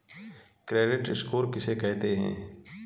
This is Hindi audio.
क्रेडिट स्कोर किसे कहते हैं?